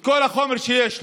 כל החומר שיש לו,